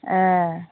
एह